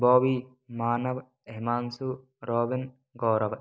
Bobby Manav Himanshu Robin Gaurav